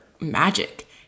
magic